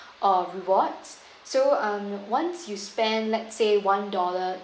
or rewards so um once you spend let say one dollar